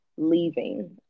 leaving